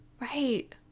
Right